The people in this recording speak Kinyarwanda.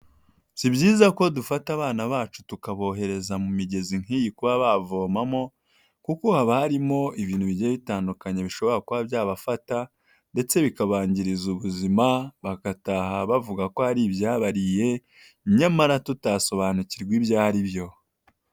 Si byiza ko dufata abana bacu tukabohereza mu migezi nk'iyi kuba bavomamo kuko haba harimo ibintu bigiye bitandukanye bishobora kuba byabafata ndetse bikabangiriza ubuzima, bagataha bavuga ko hari ibyabariye, nyamara tutasobanukirwa ibyo ari byo.